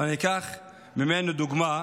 אבל אני אקח ממנו דוגמה: